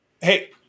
hey